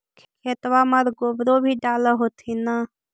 खेतबा मर गोबरो भी डाल होथिन न?